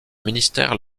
ministère